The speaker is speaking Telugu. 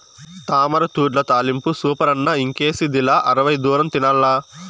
తామరతూడ్ల తాలింపు సూపరన్న ఇంకేసిదిలా అరవై దూరం తినాల్ల